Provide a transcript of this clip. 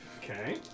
Okay